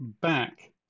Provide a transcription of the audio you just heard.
back